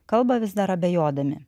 kalba vis dar abejodami